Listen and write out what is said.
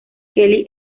kelly